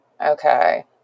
Okay